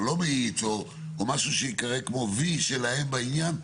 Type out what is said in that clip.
לא מאיץ או משהו שייקרא כמו וי שלהם בעניין.